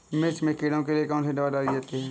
मिर्च में कीड़ों के लिए कौनसी दावा डाली जाती है?